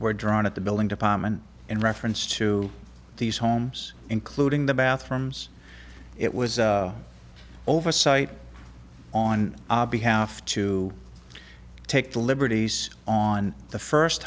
were drawn at the building department in reference to these homes including the bathrooms it was oversight on behalf to take the liberties on the first